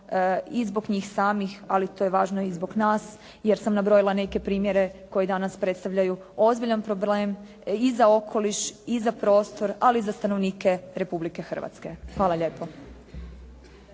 i zbog njih samih, ali to je važno i zbog nas, jer sam nabrojila neke primjere koje danas predstavljaju ozbiljan problem i za okoliš i za prostor ali i za stanovnike Republike Hrvatske. Hvala lijepo.